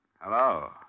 Hello